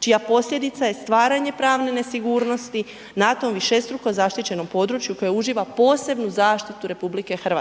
čija posljedica je stvaranje pravne nesigurnosti na tom višestrukom zaštićenom području koje uživa posebnu zaštitu RH.